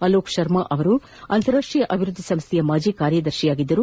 ಅಲೋಕ್ ಶರ್ಮಾ ಅವರು ಅಂತಾರಾಷ್ಟ್ರೀಯ ಅಭಿವೃದ್ದಿ ಸಂಸ್ಥೆಯ ಮಾಜಿ ಕಾರ್ಯದರ್ಶಿಯಾಗಿದ್ದರು